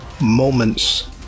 moments